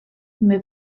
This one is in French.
mais